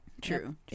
True